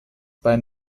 bei